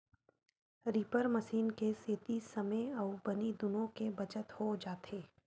reaper machine के सेती समे अउ बनी दुनो के बचत हो जाथे